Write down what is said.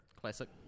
Classic